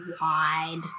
wide